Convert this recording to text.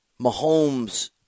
Mahomes